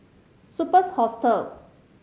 Superb's Hostel